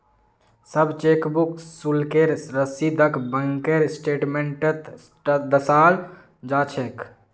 सब चेकबुक शुल्केर रसीदक बैंकेर स्टेटमेन्टत दर्शाल जा छेक